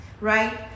Right